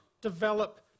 develop